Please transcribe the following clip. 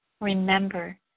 Remember